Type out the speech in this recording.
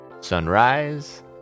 Sunrise